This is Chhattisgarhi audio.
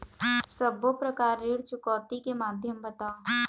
सब्बो प्रकार ऋण चुकौती के माध्यम बताव?